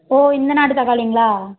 ஓ இந்த நாட்டு தக்காளிங்களா